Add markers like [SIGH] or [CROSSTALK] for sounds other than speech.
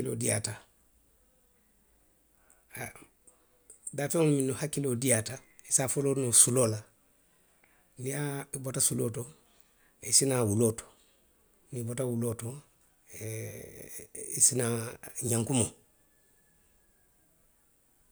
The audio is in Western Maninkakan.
[UNINTELLIGIBLE] haa, daafeŋolu minnu hakkiloo diiyaata, nse a foloo noo suloo la, niŋ a bota suloo to, i si naa wuloo to. niŋ i bota wuloo to, [HESITATION] i si naa ňankumoo.